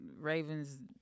Ravens